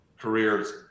careers